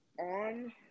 on